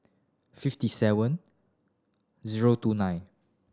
fifty seven zero two nine